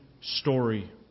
story